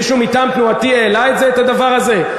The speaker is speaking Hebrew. מישהו מטעם תנועתי העלה את הדבר הזה?